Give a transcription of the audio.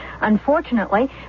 Unfortunately